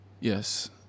Yes